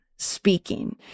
speaking